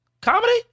Comedy